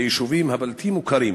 ביישובים הבלתי-מוכרים,